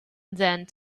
then